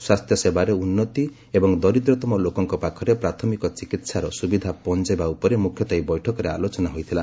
ସ୍ୱାସ୍ଥ୍ୟସେବାରେ ଉନ୍ନତି ଏବଂ ଦରିଦ୍ରତମ ଲୋକଙ୍କ ପାଖରେ ପ୍ରାଥମିକ ଚିକିତ୍ସାର ସୁବିଧା ପହଞ୍ଚାଇବା ଉପରେ ମୁଖ୍ୟତଃ ଏହି ବୈଠକରେ ଆଲୋଚନା ହୋଇଥିଲା